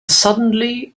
suddenly